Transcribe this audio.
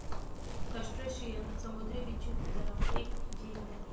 crustacean समुंद्री बिच्छू की तरह एक जीव है